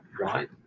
right